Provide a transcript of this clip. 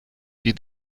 die